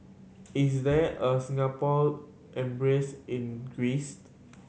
is there a Singapore Embassy in Greece